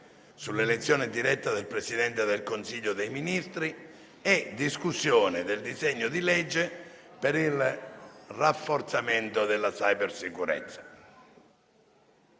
sull'elezione diretta del Presidente del Consiglio dei ministri e discussione del disegno di legge per il rafforzamento della cybersicurezza.